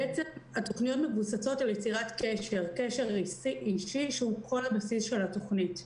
התוכניות מבוססות על יצירת קשר אישי שהוא כל הבסיס של התוכנית.